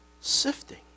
Sifting